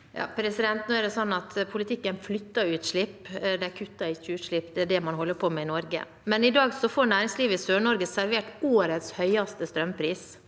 Nå er det sånn at politikken flytter utslipp, den kutter ikke utslipp. Det er det man holder på med i Norge. I dag får næringslivet i Sør-Norge servert årets høyeste strømpris.